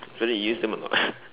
it's whether you use them or not